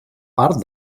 part